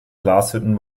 glashütten